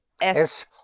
Es